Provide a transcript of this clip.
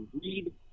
read